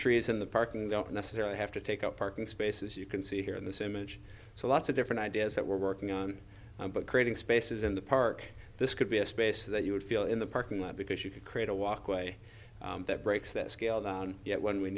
trees in the park and don't necessarily have to take up parking spaces you can see here in this image so lots of different ideas that we're working on but creating spaces in the park this could be a space that you would feel in the parking lot because you could create a walkway that breaks that scale down yet when we